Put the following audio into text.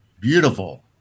beautiful